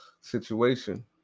situation